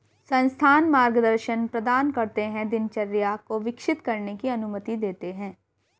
संस्थान मार्गदर्शन प्रदान करते है दिनचर्या को विकसित करने की अनुमति देते है